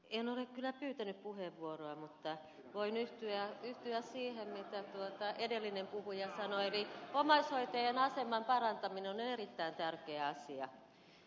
en ole kyllä pyytänyt puheenvuoroa mutta voin yhtyä siihen mitä edellinen puhuja sanoi eli omaishoitajien aseman parantaminen on erittäin tärkeä asia